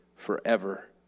forever